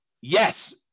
Yes